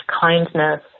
kindness